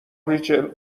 ریچل